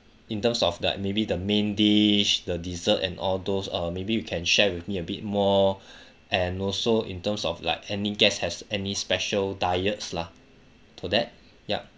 in terms of like maybe the main dish the dessert and all those uh maybe you can share with me a bit more and also in terms of like any guest has any special diets lah all that ya